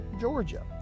Georgia